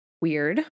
Weird